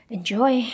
Enjoy